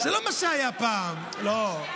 זה לא מה שהיה פעם, לא.